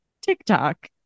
TikTok